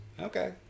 Okay